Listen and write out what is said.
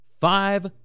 Five